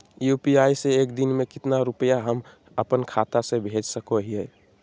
UPI से एक दिन में कितना रुपैया हम अपन खाता से भेज सको हियय?